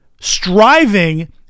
Striving